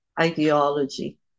ideology